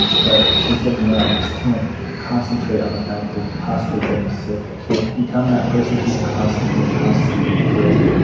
but she said, you know, i just can't concentrate on the fact of possibly getting sick. i can't become that person who's constantly, constantly afraid.